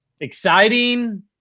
exciting